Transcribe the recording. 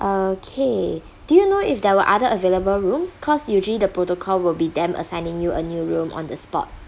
okay do you know if there were other available rooms cause usually the protocol will be them assigning you a new room on the spot